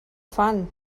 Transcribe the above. fan